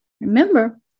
Remember